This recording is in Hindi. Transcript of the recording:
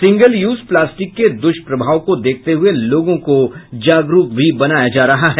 सिंगल यूज प्लास्टिक के दुष्प्रभाव को देखते हुए लोगों को जागरूक भी बनाया जा रहा है